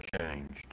changed